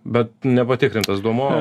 bet nepatikrintas duomuo